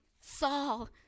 Saul